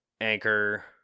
Anchor